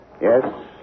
Yes